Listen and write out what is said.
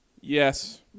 Yes